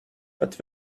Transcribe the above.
but